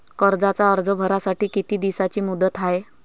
कर्जाचा अर्ज भरासाठी किती दिसाची मुदत हाय?